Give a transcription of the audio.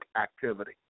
activity